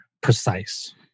Precise